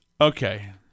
okay